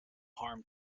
harm